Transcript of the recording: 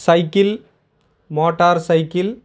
cycle motor cycle